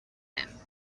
him